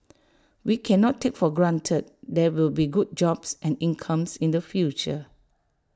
we cannot take for granted there will be good jobs and incomes in the future